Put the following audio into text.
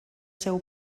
seu